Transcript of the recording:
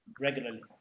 regularly